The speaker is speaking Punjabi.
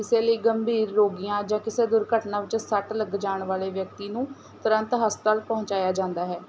ਇਸੇ ਲਈ ਗੰਭੀਰ ਰੋਗੀਆਂ ਜਾਂ ਕਿਸੇ ਦੁਰਘਟਨਾ ਵਿੱਚ ਸੱਟ ਲੱਗ ਜਾਣ ਵਾਲੇ ਵਿਅਕਤੀ ਨੂੰ ਤੁਰੰਤ ਹਸਪਤਾਲ ਪਹੁੰਚਾਇਆ ਜਾਂਦਾ ਹੈ